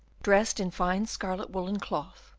dressed in fine scarlet woollen cloth,